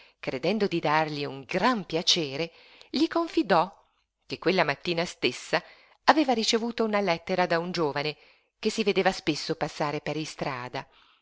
credendo di dargli un gran piacere gli confidò che quella mattina stessa aveva ricevuto una lettera da un giovane che si vedeva spesso passare per istrada